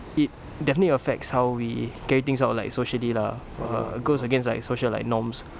it definitely affects how we carry things out like socially lah it goes against like social like norms